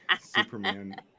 Superman